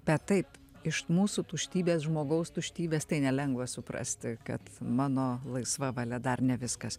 bet taip iš mūsų tuštybės žmogaus tuštybės tai nelengva suprasti kad mano laisva valia dar ne viskas